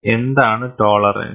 എന്താണ് റ്റോളറൻസ്